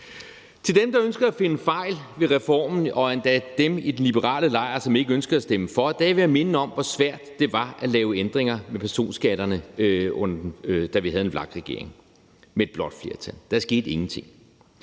Dem, der ønsker at finde fejl ved reformen, og endda dem i den liberale lejr, som ikke ønsker at stemme for det, vil jeg minde om, hvor svært det var at lave ændringer med personskatterne, da vi havde en VLAK-regering med et blåt flertal. Der skete ingenting.